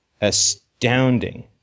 astounding